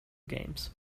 games